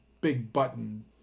Big-button